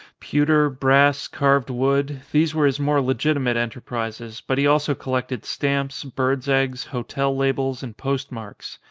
pewter, brass, carved wood these were his more legitimate enterprises but he also col lected stamps, birds' eggs, hotel labels, and post marks.